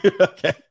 Okay